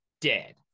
dead